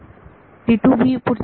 विद्यार्थी